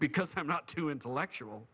because i'm not too intellectual